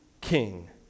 king